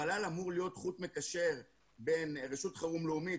המל"ל אמור להיות חוט מקשר בין רשות חירום לאומית,